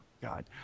God